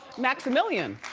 maximillion.